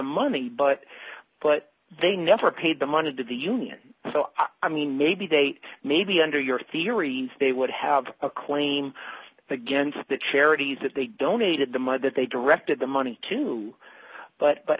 money but but they never paid the money to the union so i mean maybe they maybe under your theory they would have a claim against the charity that they donated the money that they directed the money to but but